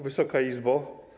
Wysoka Izbo!